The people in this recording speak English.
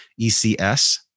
ECS